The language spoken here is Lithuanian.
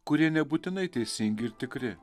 kurie nebūtinai teisingi ir tikri